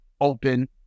open